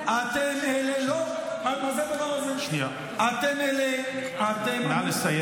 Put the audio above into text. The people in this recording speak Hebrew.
ומחתימים על איזשהו מכתב, לא יהיה מתווה.